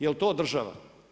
Jel' to država?